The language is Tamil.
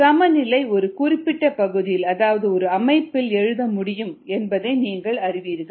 சமநிலையை ஒரு குறிப்பிட்ட பகுதியில் அதாவது ஒரு அமைப்பில் எழுத முடியும் என்பதை நீங்கள் அறிவீர்கள்